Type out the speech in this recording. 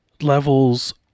levels